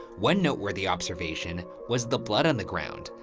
one noteworthy observation was the blood on the ground,